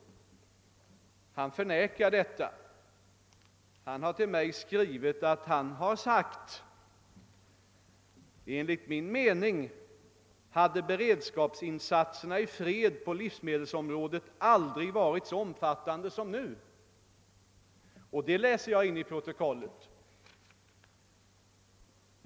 Detta har tjänstemannen förnekat, och han har skriftligen förklarat att han inom utskottet har sagt: »Enligt min mening har beredskapsinsatserna i fred på livsmedelsområdet aldrig varit så omfattande som nu.» Och det läser jag in i protokollet.